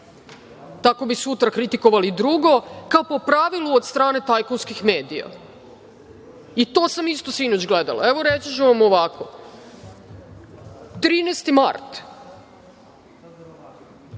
tako bi sutra kritikovali drugu, po pravilu od strane tajkunskih medija. To sam isto sinoć gledala. Evo, reći ću vam ovako - 13. mart